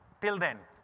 till then,